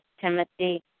Timothy